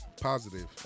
Positive